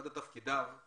אחד מתפקידיו הוא